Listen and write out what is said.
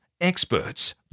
experts